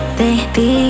baby